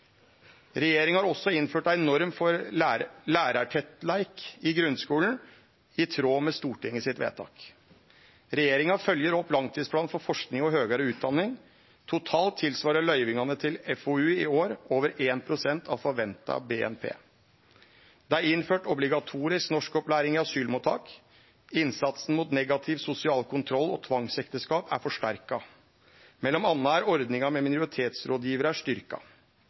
Regjeringa har også innført ei norm for lærartettleik i grunnskulen, i tråd med Stortinget sitt vedtak. Regjeringa følgjer opp langtidsplanen for forsking og høgare utdanning. Totalt svarar løyvingane til FoU i år til over 1 pst. av forventa BNP. Det er innført obligatorisk norskopplæring i asylmottak. Innsatsen mot negativ sosial kontroll og tvangsekteskap er forsterka. Mellom anna er ordninga med minoritetsrådgivarar